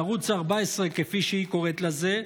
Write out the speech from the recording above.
בערוץ 14, כפי שהיא קוראת לזה,